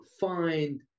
find